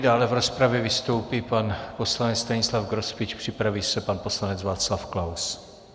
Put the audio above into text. Dále v rozpravě vystoupí pan poslanec Stanislav Grospič, připraví se pan poslanec Václav Klaus.